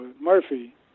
Murphy